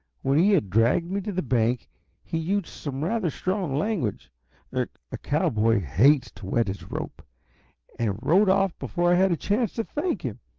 when he had dragged me to the bank he used some rather strong language a cowboy hate to wet his rope and rode off before i had a chance to thank him.